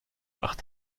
gemacht